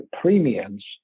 premiums